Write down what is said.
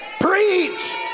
preach